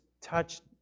touched